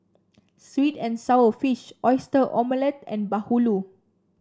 sweet and sour fish Oyster Omelette and Bahulu